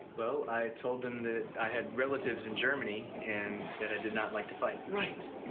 well i told them that i had relatives in germany and that i did not like to fight. right.